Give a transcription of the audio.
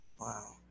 Wow